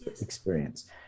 experience